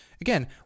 again